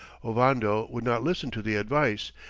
ovando would not listen to the advice,